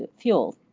fuel